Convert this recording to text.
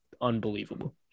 unbelievable